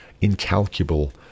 incalculable